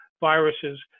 viruses